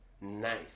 nice